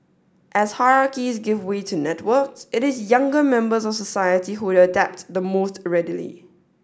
as hierarchies give way to networks it is younger members of society who adapt the most readily